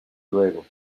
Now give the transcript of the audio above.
luego